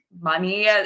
money